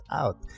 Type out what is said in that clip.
out